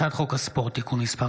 הצעת חוק הספורט (תיקון מס'